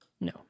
No